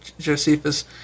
Josephus